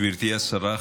גברתי השרה,